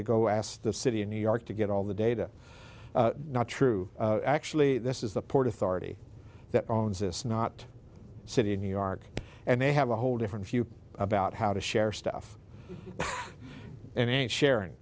to go ask the city of new york to get all the data not true actually this is the port authority that owns this not city of new york and they have a whole different view about how to share stuff and sharing